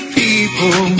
people